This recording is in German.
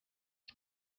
ich